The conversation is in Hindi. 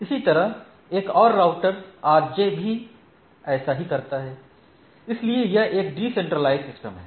इसी तरह एक और राउटर RJ भी ऐसा ही करता है इसलिए यह एक डिसेंट्रलाइज सिस्टम है